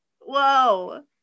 Whoa